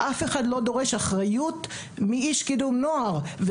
אף אחד לא דורש אחריות מאיש קידום נוער.